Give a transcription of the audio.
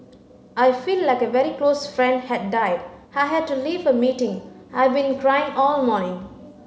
I feel like a very close friend had died I had to leave a meeting I've been crying all morning